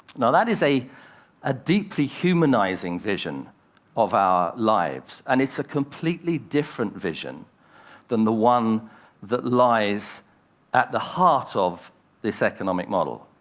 and that is a a deeply humanizing vision of our lives, and it's a completely different vision than the one that lies at the heart of this economic model.